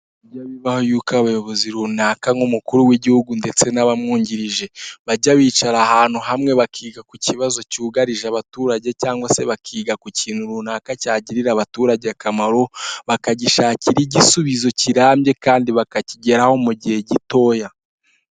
Bijya bibaho y'uko abayobozi runaka nk'umukuru w'igihugu ndetse n'abamwungirije, bajya bicara ahantu hamwe bakiga ku kibazo cyugarije abaturage, cyangwa se bakiga ku kintu runaka cyagirira abaturage akamaro, bakagishakira igisubizo kirambye, kandi bakakigeraho mu gihe gitoya.